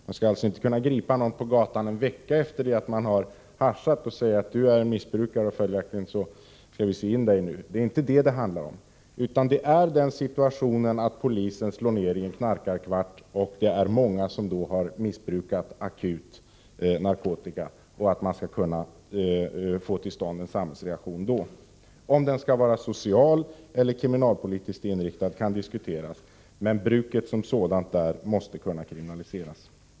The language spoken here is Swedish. Man skall alltså inte kunna gripa någon på gatan en vecka efter det att vederbörande har haschat och säga: Du är en missbrukare, följaktligen skall vi sy in dig nu. Det handlar inte om det. Det är i en situation då polisen slår till i en knarkarkvart och finner många som har missbrukat narkotika akut som man skulle kunna få till stånd en samhällsreaktion. Om den skall vara socialeller kriminalpolitiskt inriktad kan diskuteras, men bruket som sådant måste kunna kriminaliseras.